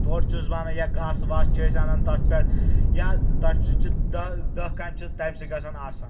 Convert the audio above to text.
تورٕ چھُس بہٕ انان یا گاسہٕ واسہٕ چھِ أسۍ انان تتھ پٮ۪ٹھ یا تتھ پٮ۪ٹھ چھِ دہ دہ کامہِ چھِ تمہِ سۭتۍ گژھان آسان